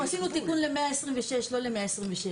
אנחנו עשינו תיקון ל-126, לא ל-127.